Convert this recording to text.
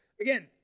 again